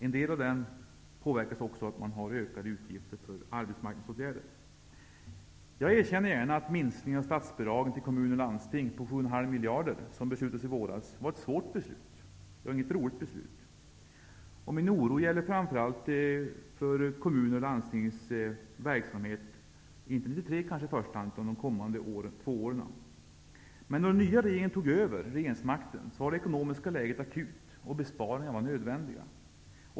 En del av denna minskning påverkas också av kommunernas ökade utgifter för arbetsmarknadsåtgärder. Jag erkänner gärna att minskningen av statsbidraget till kommuner och landsting på 7,5 miljarder som det fattades beslut om i våras var ett svårt beslut att fatta. Det var inte något roligt beslut. Min oro gäller framför allt kommunernas och landstingens verksamhet, kanske inte i första hand under 1993 men de kommande två åren. När den nya regeringen tog över regeringsmakten var det ekonomiska läget akut, och besparingar var nödvändiga.